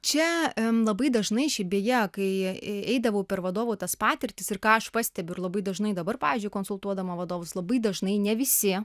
čia labai dažnai šiaip beje kai eidavau per vadovų tas patirtis ir ką aš pastebiu ir labai dažnai dabar pavyzdžiui konsultuodama vadovus labai dažnai ne visi